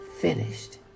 finished